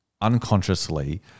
unconsciously